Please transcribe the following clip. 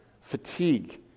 fatigue